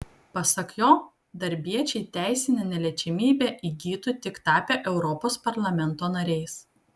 pasak jo darbiečiai teisinę neliečiamybę įgytų tik tapę europos parlamento nariais